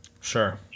Sure